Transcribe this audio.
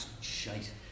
shite